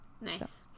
nice